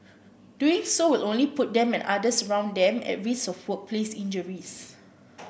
doing so will only put them and others around them at risk of workplace injuries